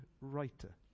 writer